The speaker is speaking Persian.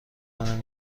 کنم